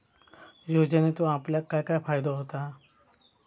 योजनेचो आपल्याक काय काय फायदो होता?